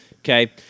Okay